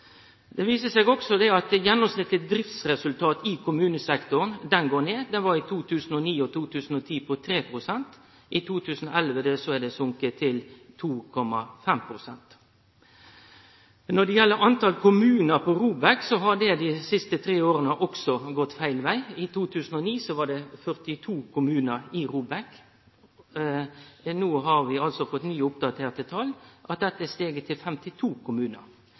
Det viser seg også at gjennomsnittleg driftsresultat i kommunesektoren går ned. Det var i 2009 og 2010 på 3 pst. I 2011 har det gått ned til 2,5 pst. Når det gjeld talet på kommunar i ROBEK, har det dei siste tre åra òg gått feil veg. I 2009 var det 42 kommunar i ROBEK. No har vi fått nye, oppdaterte tal som viser at dette har stige til 52 kommunar,